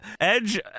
edge